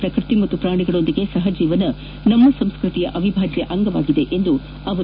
ಪ್ರಕೃತಿ ಮತ್ತು ಪ್ರಾಣಿಗಕೊಂದಿಗೆ ಸಹ ಜೀವನ ನಮ್ಮ ಸಂಸ್ಕತಿಯ ಅವಿಭಾಜ್ಯ ಅಂಗವಾಗಿದೆ ಎಂದರು